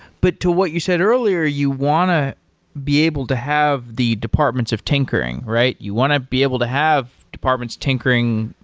but to what you said earlier, you want to be able to have the departments of tinkering, right? you want to be able to have departments tinkering,